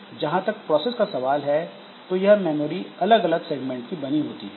जहां तक प्रोसेस का सवाल है तो यह मेमोरी अलग अलग सेगमेंट की बनी होती है